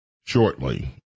shortly